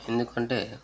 ఎందుకంటే